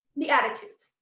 the attitudes.